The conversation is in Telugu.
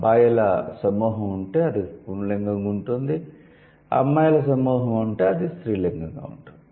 అబ్బాయిల సమూహం ఉంటే అది పుంలింగంగా ఉంటుంది అమ్మాయిల సమూహం ఉంటే అది స్త్రీలింగంగా ఉంటుంది